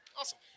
Awesome